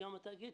וגם התאגיד,